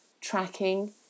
tracking